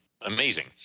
amazing